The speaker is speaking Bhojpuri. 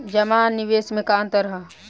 जमा आ निवेश में का अंतर ह?